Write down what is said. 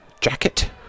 jacket